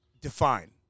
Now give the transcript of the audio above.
define